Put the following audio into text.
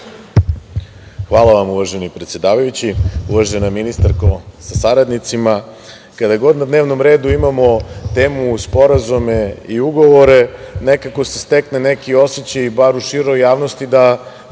Hvala vam, uvaženi predsedavajući. Uvažena ministarko sa saradnicima, kada god na dnevnom redu imamo temu sporazume i ugovore, nekako se stekne neki osećaj, bar u široj javnosti, da